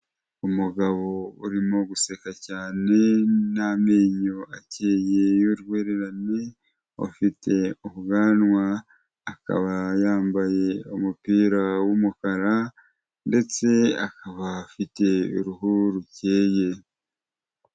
Umugabo urimo guseka cyane n'amenyo akeye y'urwererane, afite ubwanwa akaba yambaye umupira w'umukara ndetse akaba afite uruhu rukeye.